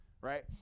right